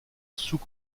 sous